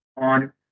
on